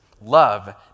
Love